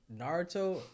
Naruto